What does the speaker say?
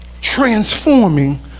transforming